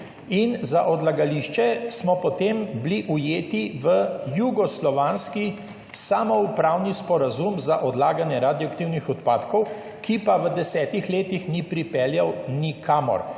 Za odlagališče smo potem bili ujeti v jugoslovanski samoupravni sporazum za odlaganje radioaktivnih odpadkov, ki pa v desetih letih ni pripeljal nikamor.